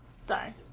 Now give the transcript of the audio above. Sorry